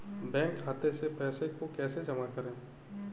Bank खाते से पैसे को कैसे जमा करें?